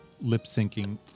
lip-syncing